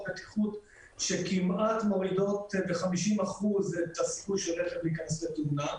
בטיחות שכמעט מורידות ב-50% את הסיכוי שרכב ייכנס לתאונה.